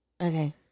Okay